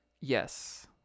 Yes